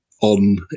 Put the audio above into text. on